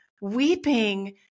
weeping